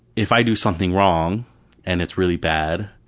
if i do something wrong and it's really bad.